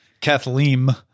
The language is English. Kathleen